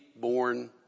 born